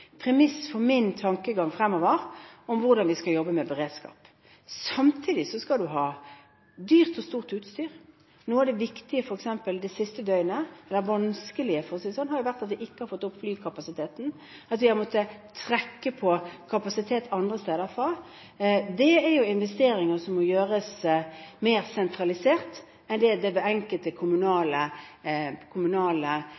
hvordan vi skal jobbe med beredskap. Samtidig skal en ha dyrt og stort utstyr. Noe av det viktige f.eks. det siste døgnet – eller vanskelige, for å si det sånn – har jo vært at vi ikke har fått opp flykapasiteten, at vi har måttet trekke på kapasitet andre steder fra. Det er investeringer som må gjøres mer sentralisert enn det de enkelte kommunale lensmanns-, politietatene eller nødetatene for øvrig, har. Derfor er det